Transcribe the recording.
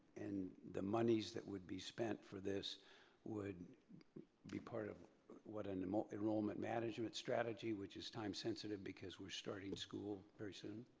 and the monies that would be spent for this would be part of what, an enrollment management strategy which is time sensitive because we're starting school very soon?